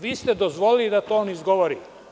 Vi ste dozvolili da to on izgovori.